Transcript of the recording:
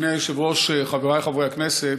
אדוני היושב-ראש, חברי חברי הכנסת,